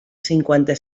cinquanta